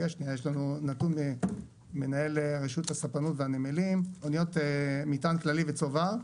לנו נתון ממנהל רשות הספנות והנמלים אוניות מטען כללי וצובר,